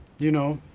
you know.